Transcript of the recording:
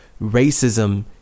Racism